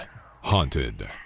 Haunted